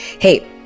Hey